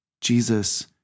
Jesus